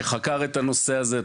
שחקר את הנושא הזה.